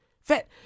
fit